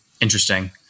Interesting